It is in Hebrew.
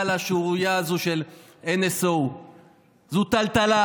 על השערורייה הזו של NSO. זו טלטלה.